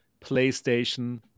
PlayStation